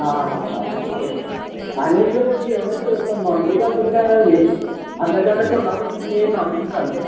हा हा हा हा आणि सर जेवणाची व्यवस्था नॉनवेज असेल का वेज अंदाजे आता कोल्हापूर म्हणजे नॉनवेजच आलं